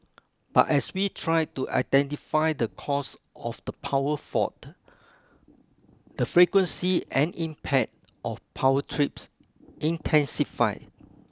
but as we tried to identify the cause of the power fault the frequency and impact of power trips intensified